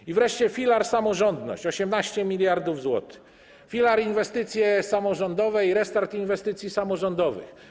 I wreszcie filar: samorządność - 18 mld zł - filar inwestycje samorządowe i restart inwestycji samorządowych.